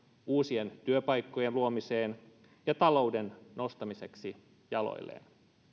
uusien työpaikkojen luomiseen ja talouden nostamiseksi jaloilleen